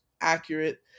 accurate